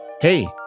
Hey